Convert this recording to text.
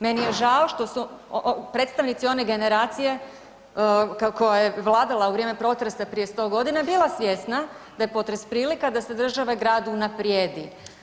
Meni je žao što su predstavnici one generacije koja je vladala u vrijeme potresa prije 100.g. bila svjesna da je potres prilika da se države i grad unaprijedi.